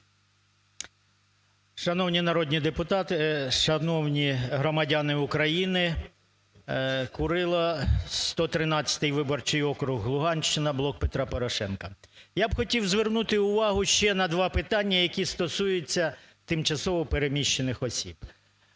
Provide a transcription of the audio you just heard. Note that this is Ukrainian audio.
Шановні народні депутати, шановні громадяни України! Курило, 113 виборчий округ, Луганщина, "Блок Петра Порошенка". Я б хотів звернути увагу ще на два питання, які стосуються тимчасово переміщених осіб.